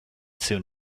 soon